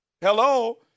Hello